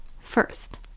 First